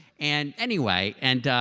and anyway, and